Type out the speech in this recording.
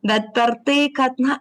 bet per tai kad na